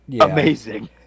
Amazing